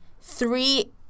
three